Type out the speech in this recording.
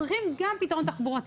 צריכים גם פתרון תחבורתי.